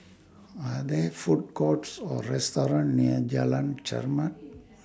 Are There Food Courts Or restaurants near Jalan Chermat